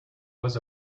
was